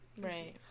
right